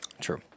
True